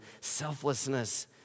selflessness